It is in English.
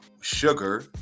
sugar